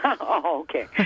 Okay